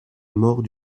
mort